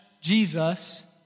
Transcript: Jesus